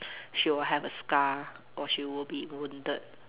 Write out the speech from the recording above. she will have a scar or she would be wounded